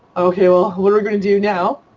okay, well, what we're going to do now?